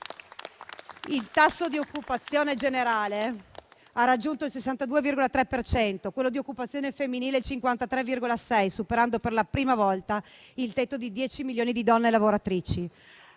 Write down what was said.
Il tasso di occupazione generale ha raggiunto il 62,3 per cento, quello di occupazione femminile il 53,6, superando per la prima volta il tetto di 10 milioni di donne lavoratrici.